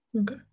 Okay